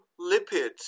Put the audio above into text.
lipids